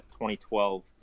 2012